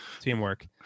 Teamwork